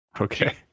Okay